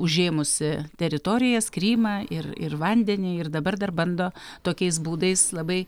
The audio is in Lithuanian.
užėmusi teritorijas krymą ir ir vandenį ir dabar dar bando tokiais būdais labai